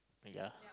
ya